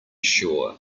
sure